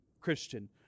Christian